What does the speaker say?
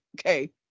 okay